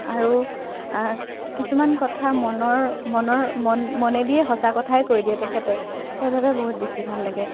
আৰু কিছুমান কথা মনৰ মনৰ মন মনেদিয়েই সঁচা কথাই কৈ দিয়ে তেখেতে সেইবাবে বহুত বেছি ভাল লাগে